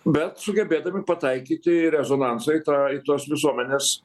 bet sugebėdami pataikyti į rezonansą į tą į tos visuomenės